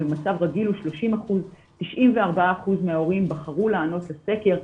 במצב רגיל הוא 30%. 94% מההורים בחרו לענות לסקר,